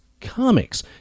Comics